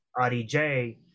rdj